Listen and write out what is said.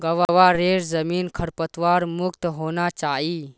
ग्वारेर जमीन खरपतवार मुक्त होना चाई